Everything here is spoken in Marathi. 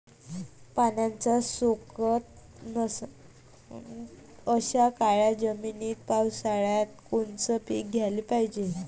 पाण्याचा सोकत नसन अशा काळ्या जमिनीत पावसाळ्यात कोनचं पीक घ्याले पायजे?